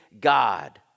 God